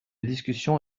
discussion